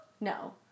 No